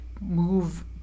move